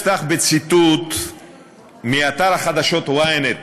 אפתח בציטוט מאתר החדשות ynet,